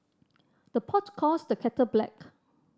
the pot calls the kettle black